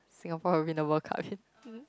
Singapore will win the World Cup in